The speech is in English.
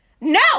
No